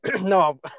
No